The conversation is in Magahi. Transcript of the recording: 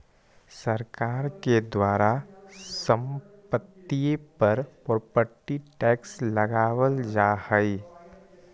सरकार के द्वारा संपत्तिय पर प्रॉपर्टी टैक्स लगावल जा हई